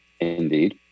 Indeed